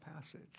passage